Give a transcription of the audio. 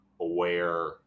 aware